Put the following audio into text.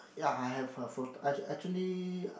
ya I have her photo act~ actually